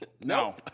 No